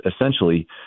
essentially